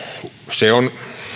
se on